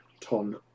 ton